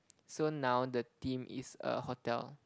so now the theme is err hotel